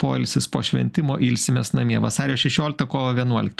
poilsis po šventimo ilsimės namie vasario šešioliktą kovo vienuoliktą